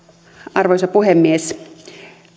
arvoisa puhemies